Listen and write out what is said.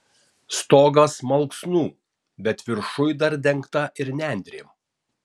stogas malksnų bet viršuj dar dengta ir nendrėm